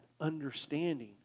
understanding